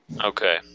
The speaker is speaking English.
Okay